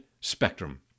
spectrum